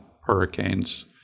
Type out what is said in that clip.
hurricanes